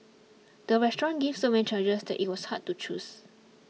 the restaurant gave so many choices that it was hard to choose